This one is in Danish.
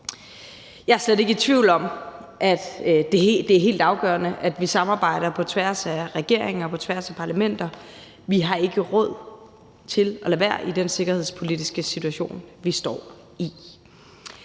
Jeg er slet ikke i tvivl om, at det er helt afgørende, at vi samarbejder på tværs af regeringer og på tværs af parlamenter. Vi har ikke råd til at lade være i den sikkerhedspolitiske situation, vi står i.